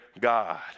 God